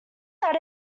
that